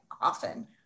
often